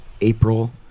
April